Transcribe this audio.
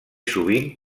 sovint